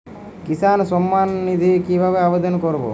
কিষান সম্মাননিধি কিভাবে আবেদন করব?